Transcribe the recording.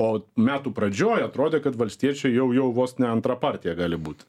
o metų pradžioj atrodė kad valstiečiai jau jau vos antra partija gali būt